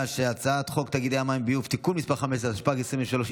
שהצעת חוק תאגידי המים והביוב (תיקון מס' 15) התשפ"ג 2023,